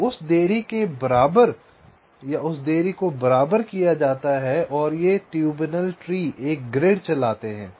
तो उस देरी को बराबर किया जाता है और ये ट्यूनेबल ट्री एक ग्रिड चलाते हैं